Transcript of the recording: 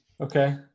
Okay